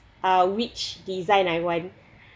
uh which design I want